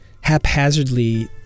haphazardly